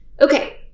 okay